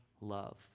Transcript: love